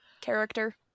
character